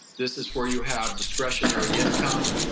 this is where you have discretionary income.